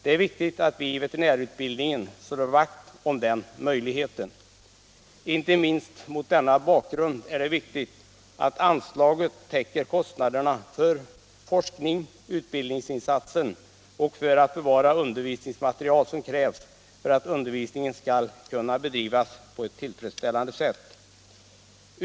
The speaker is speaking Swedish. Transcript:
Det är viktigt att vi i veterinärutbildningen slår vakt om den möjligheten. Inte minst mot denna bakgrund är det viktigt att anslaget täcker kostnaderna för forskning och utbildningsinsatsen och för att bevara det undervisningsmaterial som krävs för att undervisningen skall kunna bedrivas på ett tillfredsställande sätt.